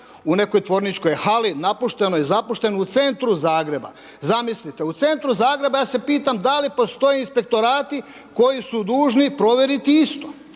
u nekoj tvorničkoj hali napuštenoj, zapuštenoj u centru Zagreba. Zamislite, u centru Zagreba. Ja se pitam, da li postoje inspektorati koji su dužni provjeriti isto?